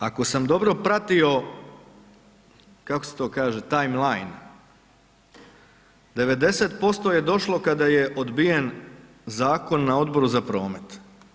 Ako sam dobro pratio, kako se to kaže, timeline, 90% je došlo kada je odbijen zakon na Odboru za promet.